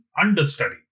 understudy